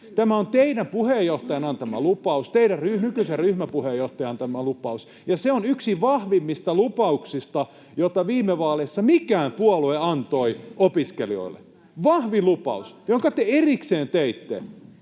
Tämä on teidän puheenjohtajanne antama lupaus, teidän nykyisen ryhmäpuheenjohtajanne antama lupaus, ja se on yksi vahvimmista lupauksista, joita viime vaaleissa mikään puolue antoi opiskelijoille, vahvin lupaus, jonka te erikseen teitte,